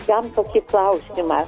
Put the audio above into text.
jam tokį klausimą